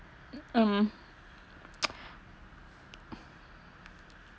um